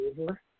over